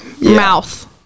mouth